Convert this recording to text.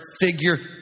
figure